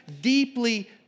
deeply